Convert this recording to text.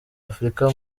afurika